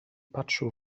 patrzył